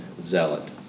zealot